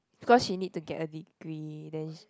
because he need to get a degree then she